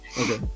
Okay